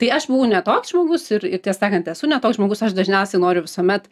tai aš buvau ne toks žmogus ir ir tiesą sakant esu ne toks žmogus aš dažniausiai noriu visuomet